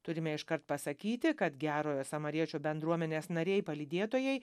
turime iškart pasakyti kad gerojo samariečio bendruomenės nariai palydėtojai